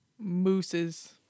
Mooses